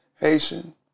Haitian